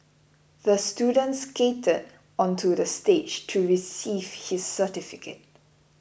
the student skated onto the stage to receive his certificate